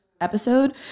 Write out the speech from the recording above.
episode